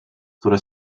które